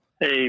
Hey